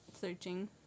searching